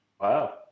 Wow